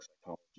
psychology